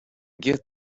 get